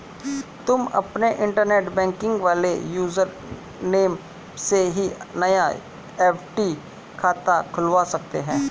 तुम अपने internet banking वाले यूज़र नेम से ही नया एफ.डी खाता खुलवा सकते हो